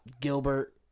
Gilbert